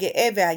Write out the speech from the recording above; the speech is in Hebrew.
הגאה והיהיר,